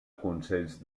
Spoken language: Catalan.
consells